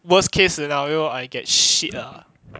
worst case scenario I get shit lah